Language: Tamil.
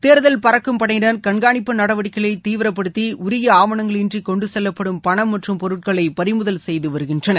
தேர்தல் பறக்கும் படையினர் கண்காணிப்பு நடவடிக்கைகளை தீவிரப்படுத்தி உரிய ஆவணங்களின்றி கொண்டு செல்லப்படும் பணம் மற்றும் பொருட்களை பறிமுதல் செய்து வருகின்றனர்